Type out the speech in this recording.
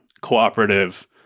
cooperative